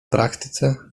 praktyce